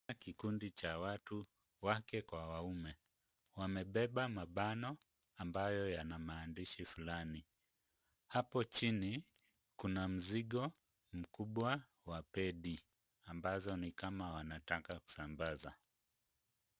Kikundi cha watu, wake kwa wanaume, wamebeba mabano ambayo yana maandishi fulani. Hapo chini kuna mzigo mkubwa wa pedi , ambazo ni kama wanataka kusambaza.